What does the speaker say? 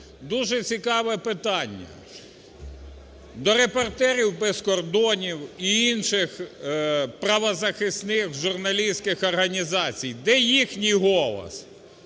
Дуже цікаве питання до "Репортерів без кордонів" і інших правозахисних журналістських організацій, де їхній голос?